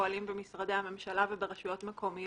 שפועלים במשרדי הממשלה וברשויות המקומיות,